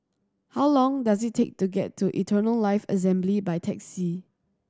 how long does it take to get to Eternal Life Assembly by taxi